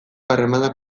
harremanak